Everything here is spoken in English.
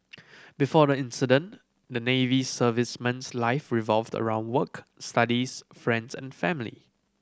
before the incident the Navy serviceman's life revolved around work studies friends and family